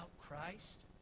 Christ